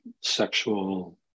sexual